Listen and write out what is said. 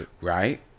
Right